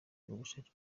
ubushake